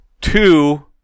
two